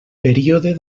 període